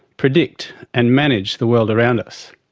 predict and manage the world around us.